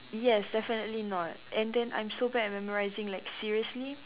yes definitely not and then I'm so bad at memorising like seriously